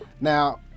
now